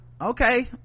okay